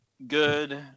Good